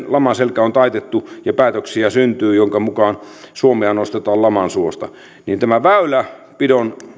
laman selkä on taitettu ja päätöksiä syntyy joiden mukaan suomea nostetaan laman suosta niin väylänpidon